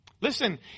Listen